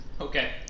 Okay